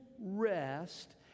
rest